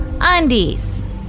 undies